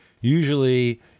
usually